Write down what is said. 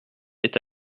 est